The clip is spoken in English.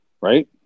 Right